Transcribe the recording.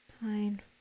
Nine